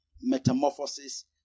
Metamorphosis